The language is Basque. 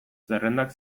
zerrendak